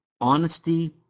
honesty